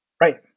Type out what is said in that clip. Right